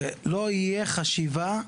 שלא תהיה חשיבה,